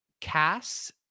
cass